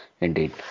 Indeed